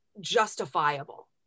justifiable